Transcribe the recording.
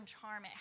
charm